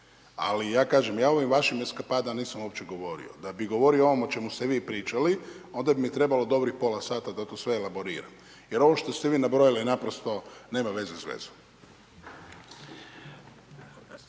Ali ja kažem, ja o ovim vašim eskapadama nisam uopće govorio. da bi govorio ovo o čemu ste vi pričali, onda bi mi trebalo dobrih pola sata da to sve elaboriram jer ovo što ste vi nabrojali, naprosto nema veze s vezom.